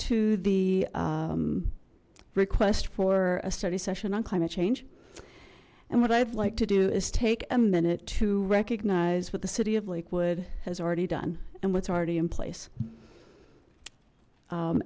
to the request for a study session on climate change and what i'd like to do is take a minute to recognize what the city of lakewood has already done and what's already in place